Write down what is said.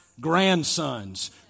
grandsons